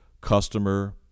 customer